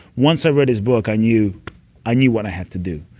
once i read his book, i knew i knew what i had to do,